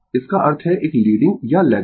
इसका अर्थ है एक लीडिंग या लैगिंग